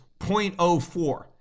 0.04